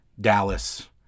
Dallas